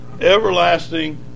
everlasting